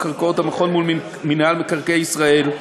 קרקעות המכון מול מינהל מקרקעי ישראל,